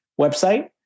website